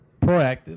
proactive